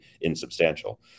insubstantial